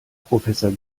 professor